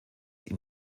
ihm